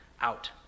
out